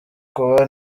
kuba